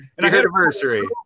anniversary